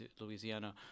Louisiana